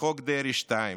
חוק דרעי 2,